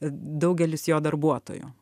daugelis jo darbuotojų